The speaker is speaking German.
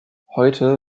heute